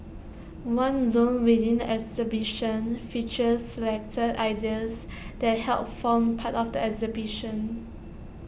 one zone within the exhibition features selected ideas that helped form part of the exhibition